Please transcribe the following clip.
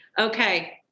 Okay